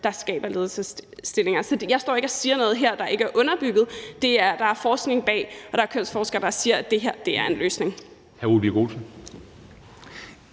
der skaber ledelsesstillinger. Så jeg står ikke her og siger noget, der ikke er underbygget, for der er forskning bag, og der er kønsforskere, der siger, at det her er en løsning.